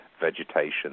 vegetation